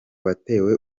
batewe